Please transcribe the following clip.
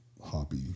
hoppy